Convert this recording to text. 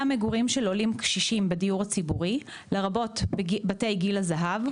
המגורים של עולים קשישים בדיור הציבורי לרבות בתי גיל הזהב,